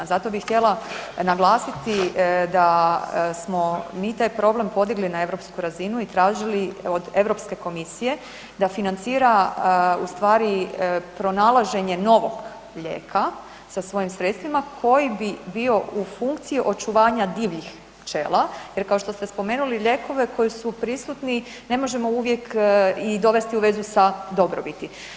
Zato bih htjela naglasiti da smo mi taj problem podigli na europsku razinu i tražili od Europske komisije da financira u stvari pronalaženje novog lijeka sa svojim sredstvima koji bi bio u funkciji očuvanja divljih pčela jer kao što ste spomenuli lijekove koji su prisutni ne možemo uvijek i dovesti u vezu sa dobrobiti.